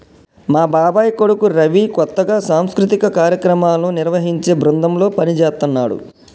మా బాబాయ్ కొడుకు రవి కొత్తగా సాంస్కృతిక కార్యక్రమాలను నిర్వహించే బృందంలో పనిజేత్తన్నాడు